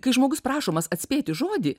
kai žmogus prašomas atspėti žodį